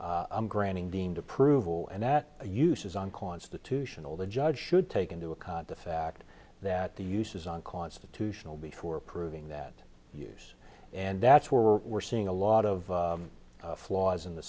i'm granting deemed approval and that uses unconstitutional the judge should take into account the fact that the uses unconstitutional before approving that use and that's why we're seeing a lot of flaws in the